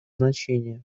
значение